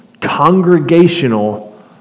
congregational